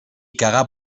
cagar